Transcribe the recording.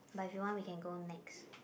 but if you want we can go next